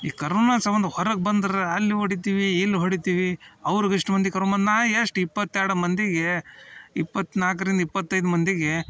ಈ ಕರೋನ ಸಂಬಂಧ ಹೊರಗೆ ಬಂದ್ರೆ ಅಲ್ಲಿ ಹೊಡಿತೀವಿ ಇಲ್ಲಿ ಹೊಡಿತೀವಿ ಅವ್ರಿಗೆ ಇಷ್ಟು ಮಂದಿ ಕರೊಮ ನಾನು ಎಷ್ಟು ಇಪ್ಪತ್ತೆರ್ಡು ಮಂದಿಗೆ ಇಪ್ಪತ್ತು ನಾಲ್ಕ್ರಿಂದ ಇಪ್ಪತ್ತೈದು ಮಂದಿಗೆ